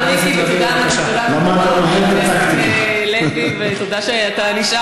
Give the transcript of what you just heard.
תודה לחבר הכנסת מיקי לוי, ותודה שנשארת.